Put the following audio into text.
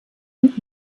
und